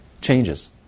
changes